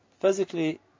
physically